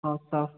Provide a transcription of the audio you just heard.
ହଁ ହଉ